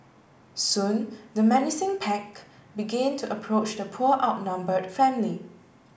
soon the menacing pack began to approach the poor outnumbered family